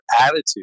attitude